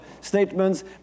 statements